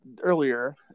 earlier